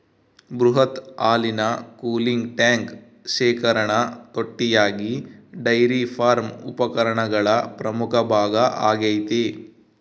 ಬೃಹತ್ ಹಾಲಿನ cooling tank ಶೇಖರಣಾ ತೊಟ್ಟಿಯಾಗಿ ಡೈರಿ ಫಾರ್ಮ್ ಉಪಕರಣಗಳ ಪ್ರಮುಖ ಭಾಗ ಆಗೈತೆ